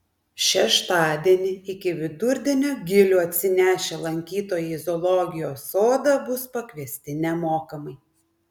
šeštadienį iki vidurdienio gilių atsinešę lankytojai į zoologijos sodą bus pakviesti nemokamai